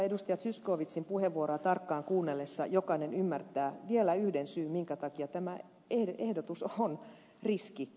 zyskowiczin puheenvuoroa tarkkaan kuunnellessaan jokainen ymmärtää vielä yhden syyn minkä takia tämä ehdotus on riski